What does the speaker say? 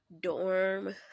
dorm